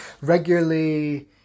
regularly